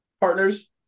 partners